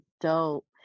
dope